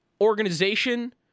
organization